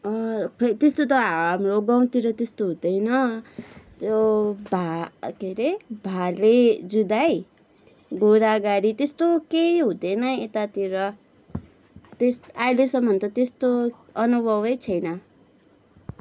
खै त्यस्तो त हाम्रो गाउँतिर त्यस्तो हुँदैन त्यो भा के हरे भाले जुधाई घोडा गाडी त्यस्तो केही हुँदैन यतातिर तेस् अहिलेसम्म त त्यस्तो अनुभवै छैन